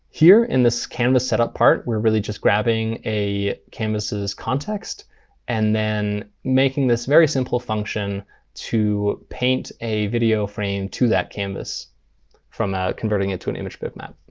here in this canvas setup part, we're really just grabbing a canvas' context and then making this very simple function to paint a video frame to that canvas from converting it to an image bitmap.